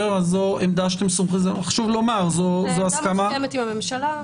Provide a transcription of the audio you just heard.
זו עמדה מוסכמת עם הממשלה,